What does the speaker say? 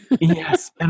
Yes